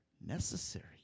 necessary